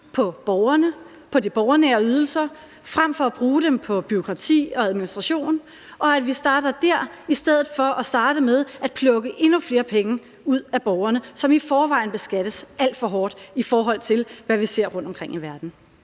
på de borgernære ydelser, frem for at bruge den på bureaukrati og administration. Vi skal starte der i stedet for at starte med at plukke endnu flere penge ud af borgerne, som i forvejen beskattes alt for hårdt, i forhold til hvad vi ser rundtomkring i verden.